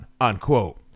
unquote